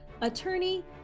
attorney